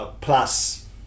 Plus